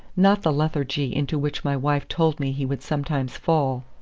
not the lethargy into which my wife told me he would sometimes fall.